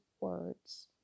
words